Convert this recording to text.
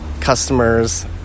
customers